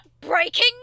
BREAKING